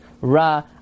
Ra